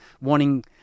wanting